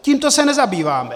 Tímto se nezabýváme.